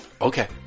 okay